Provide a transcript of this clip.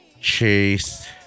Chase